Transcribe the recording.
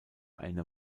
eine